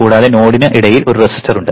കൂടാതെ നോഡിന് ഇടയിൽ ഒരു റെസിസ്റ്റർ ഉണ്ട്